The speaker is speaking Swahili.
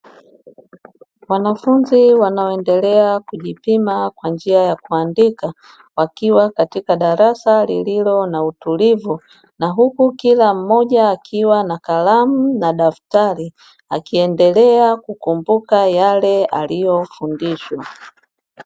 Wanafunzi wanaoendelea kujipima kwa njia ya kuandika, wakiwa katika darasa lililo na utulivu, na huku kila mmoja akiwa na kalamu na daftali, akiendelea kukumbuka yale aliyofundishwa.